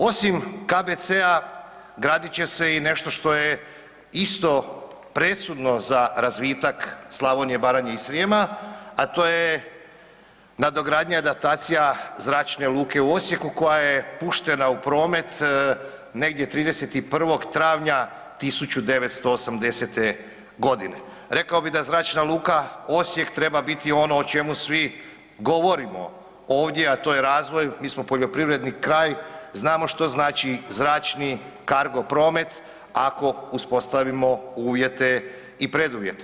Osim KBC-a gradit će se i nešto što je isto presudno za razvitak Slavonije, Baranje i Srijema, a to je nadogradnja i adaptacija Zračne luke u Osijeku koja je puštena u promet negdje 31. travnja 1980.g. Rekao bi da Zračna luka Osijek treba biti ono o čemu svi govorimo ovdje, a to je razvoj, mi smo poljoprivredni kraj, znamo što znači Zračni Kargo Promet ako uspostavimo uvjete i preduvjete.